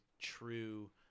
true